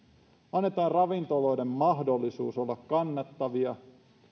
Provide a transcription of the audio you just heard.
annetaan ravintoloille mahdollisuus olla kannattavia